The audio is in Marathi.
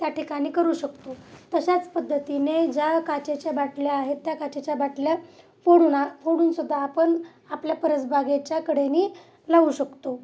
त्या ठिकाणी करू शकतो तशाच पद्धतीने ज्या काचेच्या बाटल्या आहेत त्या काचेच्या बाटल्या फोडून फोडूनसुद्धा आपण आपल्या परसबागेच्याकडेनी लावू शकतो